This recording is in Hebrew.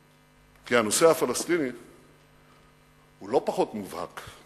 הפלסטיני, כי הנושא הפלסטיני הוא לא פחות מובהק,